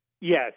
Yes